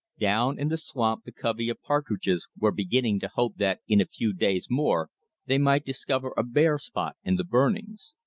down in the swamp the covey of partridges were beginning to hope that in a few days more they might discover a bare spot in the burnings.